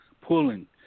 pulling